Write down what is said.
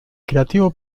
creativo